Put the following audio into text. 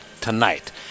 tonight